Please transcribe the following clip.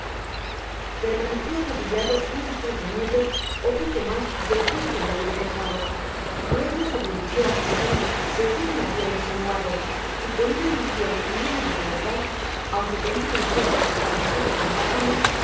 permaneció arrodillado unos tres minutos ó poco mas despues que lo hube dejado luego se dirigió hácia mi segun me habia insinuado y con una emocion llena de gravedad aunque tenia los ojos arrasados en lágrimas me